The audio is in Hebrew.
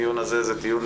הדיון הזה הוא דיון,